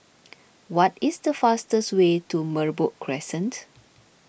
what is the fastest way to Merbok Crescent